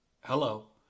Hello